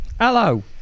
hello